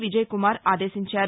విజయకుమార్ ఆదేశించారు